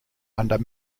under